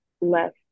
less